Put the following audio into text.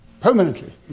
Permanently